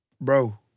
bro